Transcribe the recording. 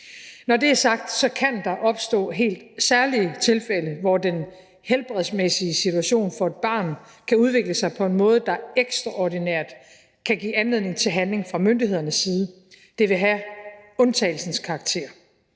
Når det er sagt, kan der opstå helt særlige tilfælde, hvor den helbredsmæssige situation for et barn kan udvikle sig på en måde, der ekstraordinært kan give anledning til handling fra myndighedernes side. Det vil have undtagelsens karakter.